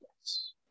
Yes